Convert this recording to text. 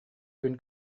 күн